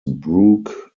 brooke